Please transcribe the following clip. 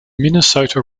minnesota